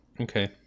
okay